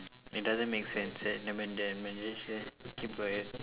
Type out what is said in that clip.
it doesn't make sense நம்ம இங்கே:namma ingkee keep quiet